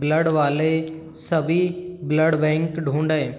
blood वाले सभी blood bank ढूँढें